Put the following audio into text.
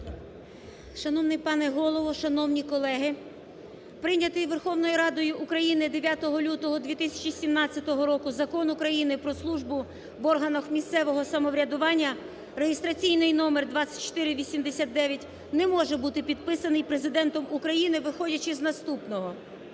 Шановний пане Голово! Шановні колеги! Прийнятий Верховною Радою України 9 лютого 2017 року Закон України "Про службу в органах місцевого самоврядування" (реєстраційний номер 2489) не може бути підписаний Президентом України, виходячи з наступного.